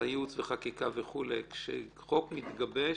והייעוץ והחקיקה וכו', כשחוק מתגבש,